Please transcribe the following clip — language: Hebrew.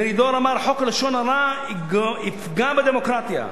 מרידור אמר: חוק לשון הרע יפגע בדמוקרטיה,